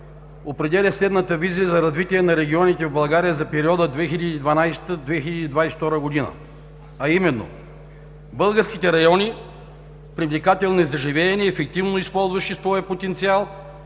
определя следната визия за развитие на регионите в България за периода 2012 - 2022 г., а именно: българските райони – привлекателни за живеене, ефективно използващи своя потенциал